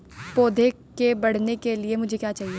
पौधे के बढ़ने के लिए मुझे क्या चाहिए?